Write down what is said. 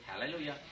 Hallelujah